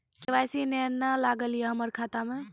KYC ने न लागल या हमरा खाता मैं?